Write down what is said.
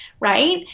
right